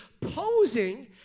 posing